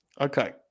Okay